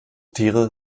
tiere